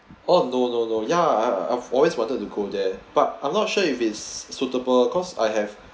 oh no no no ya I've always wanted to go there but I'm not sure if it's suitable cause I have